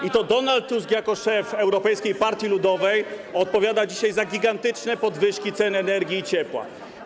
I to Donald Tusk jako szef Europejskiej Partii Ludowej odpowiada dzisiaj za gigantyczne podwyżki cen energii i ciepła.